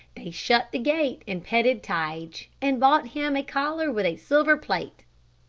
they shut the gate and petted tige, and bought him a collar with a silver plate.